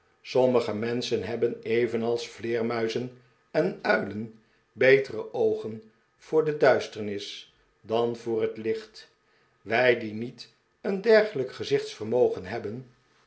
sommige menschen hebben evenals vleermuizen en uilen betere oogen voor de duisternis dan voor het licht wij die niet een dergelijk gezichtsvermogen hebben